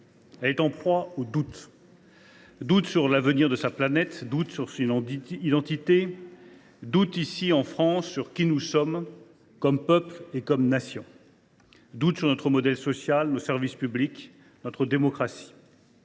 elle est en proie au doute – doute sur l’avenir de la planète ; doute sur son identité ; doute, ici, en France, sur qui nous sommes en tant que peuple et comme nation ; doute sur notre modèle social, nos services publics et notre démocratie.